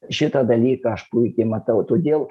šitą dalyką aš puikiai matau todėl